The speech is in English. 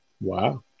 Wow